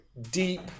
deep